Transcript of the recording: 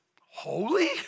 holy